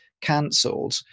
cancelled